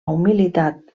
humilitat